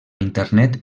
internet